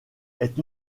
est